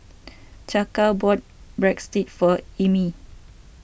Chaka bought Breadsticks for Emil